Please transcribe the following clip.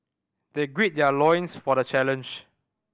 they gird their loins for the challenge